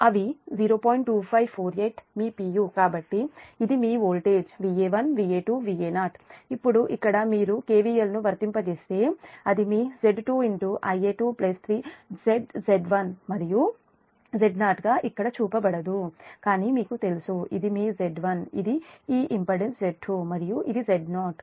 కాబట్టి ఇది మీ వోల్టేజ్ Va1 Va2 Va0 ఇప్పుడు ఇక్కడ మీరు KVL ను వర్తింప చేస్తే అది మీ Z2 Ia2 Z Z1 మరియు Z0 గా ఇక్కడ చూపబడదు కానీ మీకు తెలుసు ఇది మీ Z1 ఇది ఈ ఇంపెడెన్స్ Z2 మరియు ఇది Z0